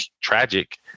tragic